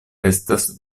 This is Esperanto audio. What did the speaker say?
estas